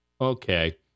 okay